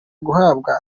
guhabwa